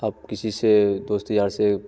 अब किसी से दोस्त यार से